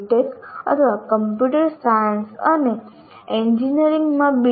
tech અથવા computer science અને એન્જિનિયરિંગમાં બી